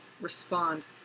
respond